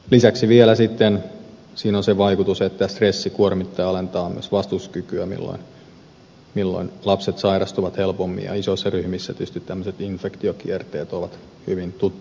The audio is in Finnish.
lisäksi vielä siinä on se vaikutus että stressi kuormittaa ja alentaa myös vastustuskykyä jolloin lapset sairastuvat helpommin ja isoissa ryhmissä tietysti tämmöiset infektiokierteet ovat hyvin tuttuja